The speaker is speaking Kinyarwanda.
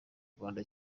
rwanda